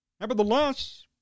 Nevertheless